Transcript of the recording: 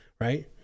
right